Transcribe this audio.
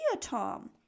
Tom